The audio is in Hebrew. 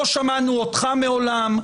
לא שמענו אותך מעולם,